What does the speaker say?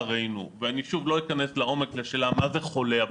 ושוב אני לא אכנס לעומק לשאלה מה זה חולה,